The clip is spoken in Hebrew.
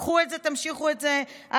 קחו את זה קדימה, תמשיכו את זה הלאה.